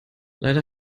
leider